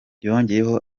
yongeyeho